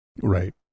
right